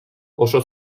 oso